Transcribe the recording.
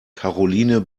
karoline